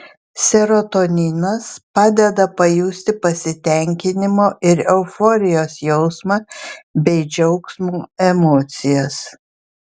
serotoninas padeda pajusti pasitenkinimo ir euforijos jausmą bei džiaugsmo emocijas